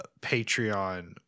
Patreon